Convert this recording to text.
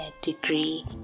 degree